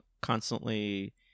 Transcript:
constantly